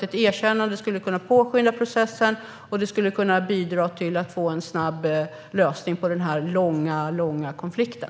Ett erkännande skulle påskynda processen och bidra till att få en snabb lösning på den långa konflikten.